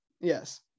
yes